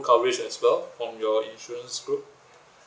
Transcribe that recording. coverage as well from your insurance group